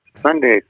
Sunday